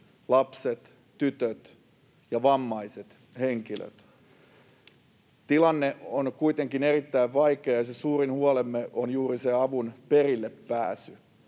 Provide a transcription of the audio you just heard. lapset, tytöt ja vammaiset henkilöt. Tilanne on kuitenkin erittäin vaikea, ja suurin huolemme on juuri se avun perillepääsy,